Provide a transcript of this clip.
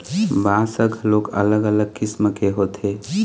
बांस ह घलोक अलग अलग किसम के होथे